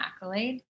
accolade